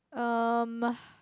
um